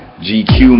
GQ